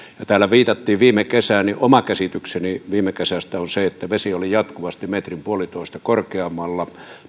kun täällä viitattiin viime kesään niin oma käsitykseni viime kesästä on se että vesi oli jatkuvasti metrin puolitoista korkeammalla